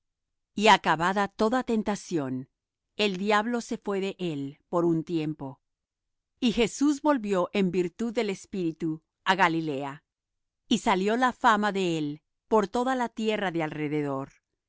y acabada toda tentación el diablo se fué de él por un tiempo y jesús volvió en virtud del espíritu á galilea y salió la fama de él por toda la tierra de alrededor